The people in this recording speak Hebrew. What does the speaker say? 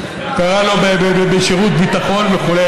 זה קרה לו בשירות הביטחון וכו'.